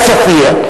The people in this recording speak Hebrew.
עספיא.